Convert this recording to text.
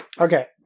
Okay